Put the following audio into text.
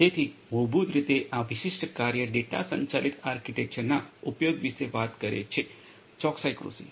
તેથી મૂળભૂત રીતે આ વિશિષ્ટ કાર્ય ડેટા સંચાલિત આર્કિટેક્ચરના ઉપયોગ વિશે વાત કરે છે ચોકસાઇ કૃષિ